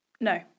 No